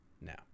now